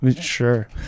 Sure